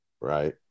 right